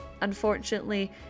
unfortunately